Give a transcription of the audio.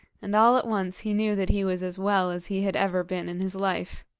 and all at once he knew that he was as well as he had ever been in his life.